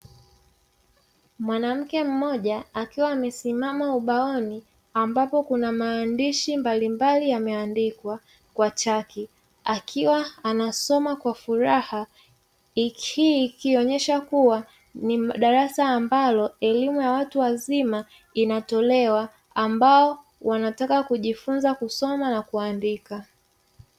Mwanamke mmoja akiwa amesimama ubaoni ambapo kuna maandishi mbalimbali yameandikwa kwa chaki, akiwa anasoma kwa furaha. Hii ikionyesha kuwa ni darasa ambalo elimu ya watu wazima ambao wanataka kujifunza kusoma na kuandika.